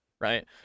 right